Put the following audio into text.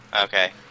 Okay